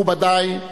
מכובדי,